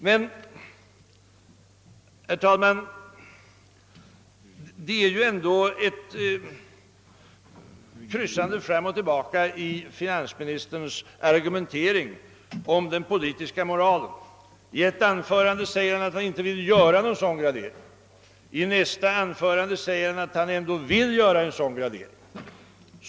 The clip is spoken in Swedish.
Finansministern kryssar fram och tillbaka i sin argumentering om den politiska moralen. I ett anförande sade han att han inte vill göra någon sådan gradering; i nästa anförande sade han att han ändå vill göra en sådan gradering.